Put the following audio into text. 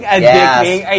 Addicting